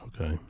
Okay